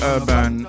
Urban